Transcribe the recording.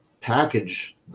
package